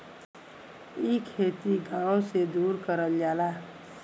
इ खेती गाव से दूर करल जाला